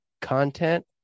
Content